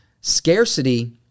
scarcity